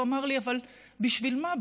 והוא אמר לי: אבל בשביל מה,